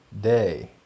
day